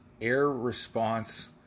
air-response